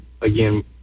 again